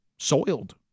Soiled